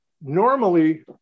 normally